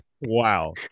Wow